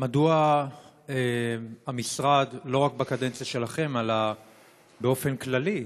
מדוע המשרד, לא רק בקדנציה שלכם, אלא באופן כללי,